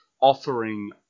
offering